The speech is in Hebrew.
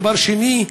דבר שני,